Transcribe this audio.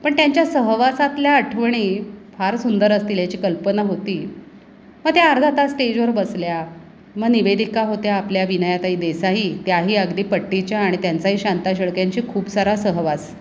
पण त्यांच्या सहवासातल्या आठवणी फार सुंदर असतील याची कल्पना होती मग त्या अर्धा तास स्टेजवर बसल्या मग निवेदिका होत्या आपल्या विनयाताई देसाई त्याही अगदी पट्टीच्या आणि त्यांचाही शांता शेळक्यांशी खूप सारा सहवास